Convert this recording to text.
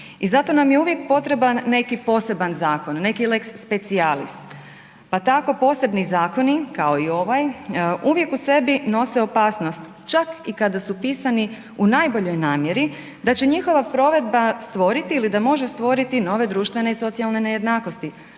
I zato nam je uvijek potreban neki poseban zakon neki lex specialis, pa tako posebni zakoni kao i ovaj uvijek u sebi nose opasnost čak i kada su pisani u najboljoj namjeri da će njihova provedba ili da može stvoriti nove društvene i socijalne nejednakosti.